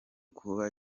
kuba